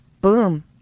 boom